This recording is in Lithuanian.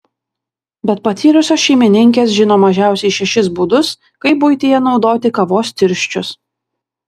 bet patyrusios šeimininkės žino mažiausiai šešis būdus kaip buityje naudoti kavos tirščius